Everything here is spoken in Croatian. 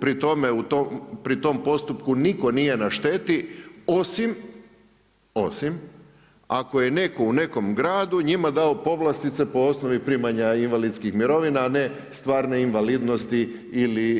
Pri tome, u tom postupku nitko nije na štetio osim ako je netko u nekom gradu njima dao povlastice po osnovi primanja invalidskih mirovina a ne stvarne invalidnosti